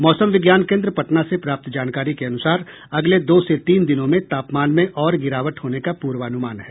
मौसम विज्ञान केन्द्र पटना से प्राप्त जानकारी के अनुसार अगले दो से तीन दिनों में तापमान में और गिरावट होने का पूर्वानुमान है